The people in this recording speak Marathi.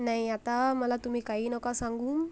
नाही आता मला तुम्ही काही नका सांगू